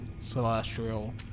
celestial